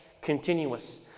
continuous